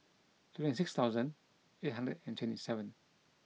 twenty six thousand eight hundred and twenty seven